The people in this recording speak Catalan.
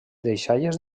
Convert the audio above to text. deixalles